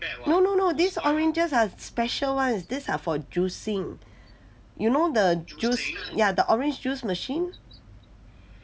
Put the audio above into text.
no no no this oranges are special ones these are for juicing you know the juice ya the orange juice machine